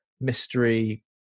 mystery